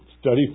study